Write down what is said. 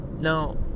Now